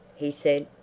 he said,